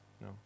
No